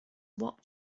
what